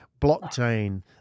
blockchain